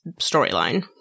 storyline